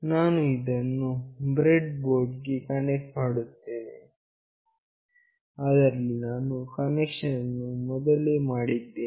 ನಾನು ಇದನ್ನು bread board ಗೆ ಕನೆಕ್ಟ್ ಮಾಡುತ್ತೇನೆ ಅದರಲ್ಲಿ ನಾನು ಕನೆಕ್ಷನ್ ಅನ್ನು ಮೊದಲೇ ಮಾಡಿದ್ದೇನೆ